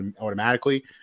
automatically